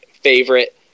favorite